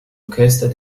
orchester